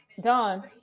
Don